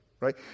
right